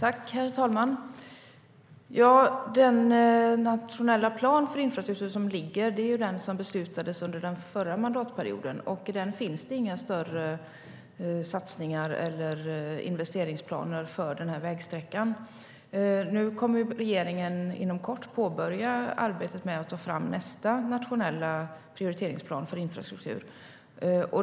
Herr talman! Den nationella plan för infrastruktur som ligger beslutades under den förra mandatperioden. I den finns inga större satsningar eller investeringsplaner för den här vägsträckan. Regeringen kommer inom kort att påbörja arbetet med att ta fram nästa nationella prioriteringsplan för infrastruktur.